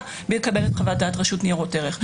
בלי לקבל את חוות דעת רשות ניירות ערך,